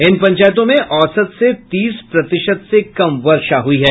इन पंचायतों में औसत से तीस प्रतिशत से कम वर्षा हुयी है